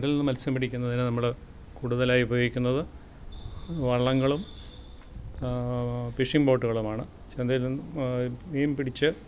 കടലിൽ നിന്ന് മത്സ്യം പിടിക്കുന്നതിന് നമ്മൾ കൂടുതലായുപയോഗിക്കുന്നത് വള്ളങ്ങളും ഫിഷിങ്ങ് ബോട്ടുകളുമാണ് ചന്തയിൽ നിന്ന് മീൻ പിടിച്ച്